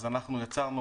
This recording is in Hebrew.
אז אנחנו יצרנו,